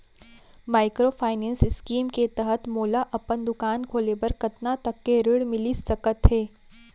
Microfinance scheme के तहत मोला अपन दुकान खोले बर कतना तक के ऋण मिलिस सकत हे?